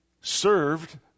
served